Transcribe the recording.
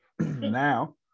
Now